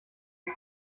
die